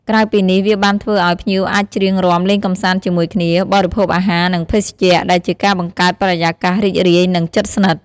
ក្រៅពីនេះវាបានធ្វើអោយ ភ្ញៀវអាចច្រៀងរាំលេងកម្សាន្តជាមួយគ្នា បរិភោគអាហារ និងភេសជ្ជៈ ដែលជាការបង្កើតបរិយាកាសរីករាយ និងជិតស្និទ្ធ។